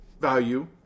value